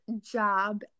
job